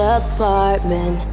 apartment